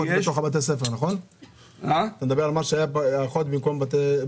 אתה מדבר על מה שהיה בתוך בתי ספר?